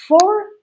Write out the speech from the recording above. four